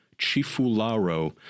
Chifularo